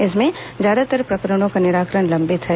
इनमें से ज्यादातर प्रकरणों का निराकरण लंबित हैं